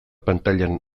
pantailan